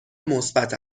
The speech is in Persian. مثبت